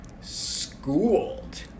Schooled